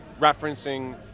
referencing